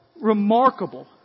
remarkable